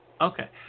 Okay